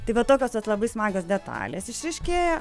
tai va tokios vat labai smagios detalės išryškėja